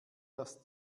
das